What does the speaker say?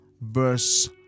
verse